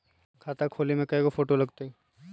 खाता खोले में कइगो फ़ोटो लगतै?